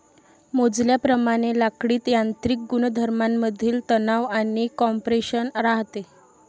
मोजल्याप्रमाणे लाकडीत यांत्रिक गुणधर्मांमधील तणाव आणि कॉम्प्रेशन राहते